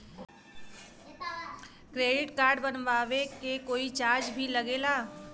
Credit card बनवावे के कोई चार्ज भी लागेला?